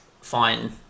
fine